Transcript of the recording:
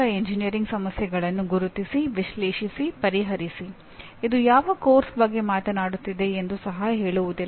ಇವುಗಳನ್ನು ನೀವು ಶಿಕ್ಷಕ ಅಥವಾ ಬೋಧಕರ ಮಧ್ಯಸ್ಥಿಕೆ ಎಂದು ಕರೆಯಬಹುದು